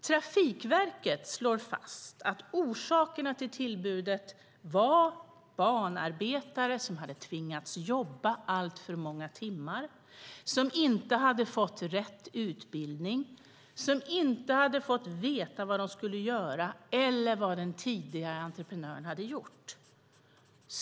Trafikverket slår fast att orsakerna till tillbudet var banarbetare som hade tvingats jobba alltför många timmar, inte hade fått rätt utbildning och inte hade fått veta vad de skulle göra eller vad den tidigare entreprenören hade gjort.